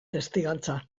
testigantza